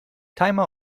timer